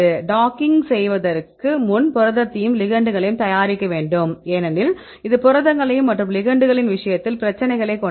docking செய்வதற்கு முன் புரதத்தையும் லிகெண்டுகளையும் தயாரிக்க வேண்டும் ஏனெனில் இது புரதங்கள் மற்றும் லிகெண்டுகளின்விஷயத்தில் பிரச்சனைகளை கொண்டது